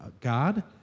God